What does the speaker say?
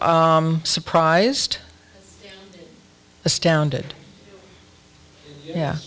u surprised astounded yeah